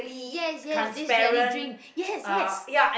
yes yes this jelly drink yes yes